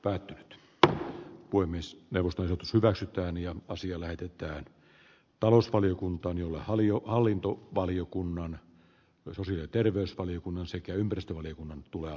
ai tyttö voi myös nousta selvästi toinen asia lähetetään talousvaliokuntaan jolle oli jo hallinto valiokunnan on tarkka ja hyvä ammattitaito